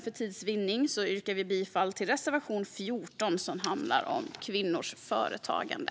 För tids vinnande yrkar vi dock bifall endast till reservation 14, som handlar om kvinnors företagande.